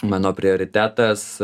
mano prioritetas